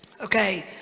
Okay